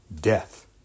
death